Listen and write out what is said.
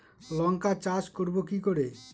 লঙ্কা চাষ করব কি করে?